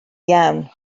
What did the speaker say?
iawn